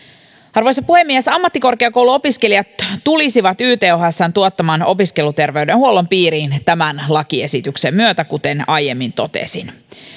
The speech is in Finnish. arvoisa puhemies ammattikorkeakouluopiskelijat tulisivat ythsn tuottaman opiskeluterveydenhuollon piiriin tämän lakiesityksen myötä kuten aiemmin totesin